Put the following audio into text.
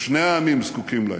ששני העמים זקוקים להם,